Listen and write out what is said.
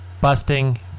busting